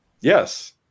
Yes